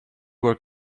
were